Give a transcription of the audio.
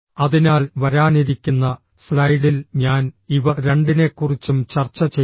അതിനാൽ വരാനിരിക്കുന്ന സ്ലൈഡിൽ ഞാൻ ഇവ രണ്ടിനെക്കുറിച്ചും ചർച്ച ചെയ്യും